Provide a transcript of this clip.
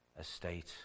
estate